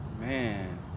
man